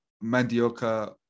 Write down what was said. mandioca